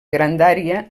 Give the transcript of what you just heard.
grandària